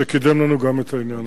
שקידם לנו גם את העניין הזה.